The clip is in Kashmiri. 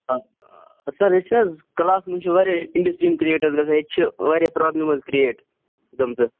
سَر ییٚتہِ چھِ حظ کَلاسس منٛز چھِ واریاہ اِن ڈِسپلن کِریٹ حظ گَژھان ییٚتہِ چھِ واریاہ پرٛابلِم حظ کِریٹ گٲمژٕ